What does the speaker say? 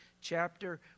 chapter